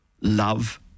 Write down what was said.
love